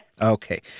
Okay